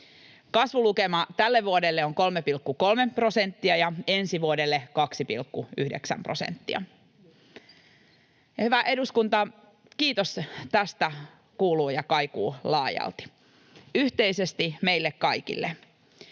Kasvulukema tälle vuodelle on 3,3 prosenttia ja ensi vuodelle 2,9 prosenttia. Hyvä eduskunta, kiitos tästä kuuluu ja kaikuu laajalti, yhteisesti meille kaikille: